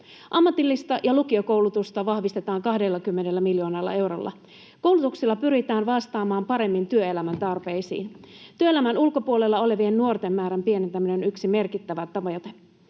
Ammatillista ja lukiokoulutusta vahvistetaan 20 miljoonalla eurolla. Koulutuksella pyritään vastaamaan paremmin työelämän tarpeisiin. Työelämän ulkopuolella olevien nuorten määrän pienentäminen on yksi merkittävä tavoite.